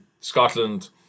Scotland